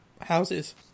houses